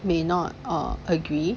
may not agree